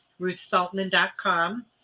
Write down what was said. ruthsaltman.com